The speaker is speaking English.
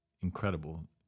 incredible